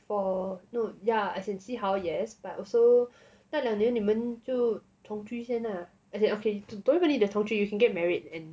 for no yeah as in see how yes but also 那两年你们就同居先 lah as in okay you don't really need to 同居 you can get married and